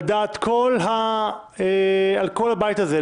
על דעת כל הבית הזה,